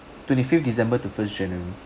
twenty-fifth december to first january